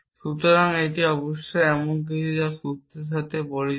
সুতরাং এটি অবশ্যই এমন কিছু যা আমরা সূত্রের সাথে পরিচিত